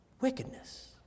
wickedness